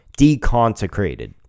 deconsecrated